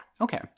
Okay